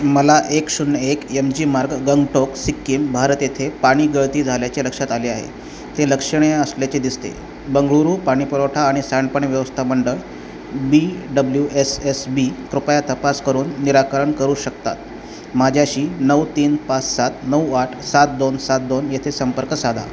मला एक शून्य एक येम जी मार्ग गंगटोक सिक्कीम भारत येथे पाणीगळती झाल्याचे लक्षात आले आहे ते लक्षणीय असल्याचे दिसते बेंगळुरू पाणीपुरवठा आणि सांडपाणी व्यवस्था मंडळ B W S S B कृपया तपास करून निराकरण करू शकतात माझ्याशी नऊ तीन पाच सात नऊ आठ सात दोन सात दोन येथे संपर्क साधा